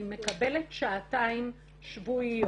היא מקבלת שעתיים שבועיות.